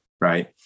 right